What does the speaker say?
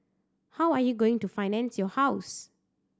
how are you going to finance your house